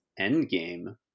Endgame